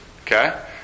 Okay